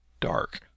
Dark